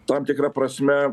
tam tikra prasme